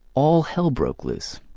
all hell broke loose.